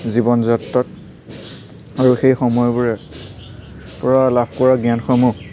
জীৱন যাত্ৰাত আৰু সেই সময়বোৰে পৰা লাভ কৰা জ্ঞানসমূহ